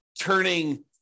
turning